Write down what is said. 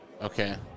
Okay